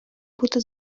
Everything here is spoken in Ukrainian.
бути